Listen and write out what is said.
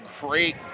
great